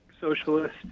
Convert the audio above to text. socialist